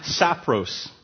sapros